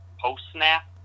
post-snap